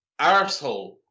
arsehole